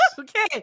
Okay